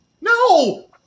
No